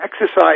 Exercise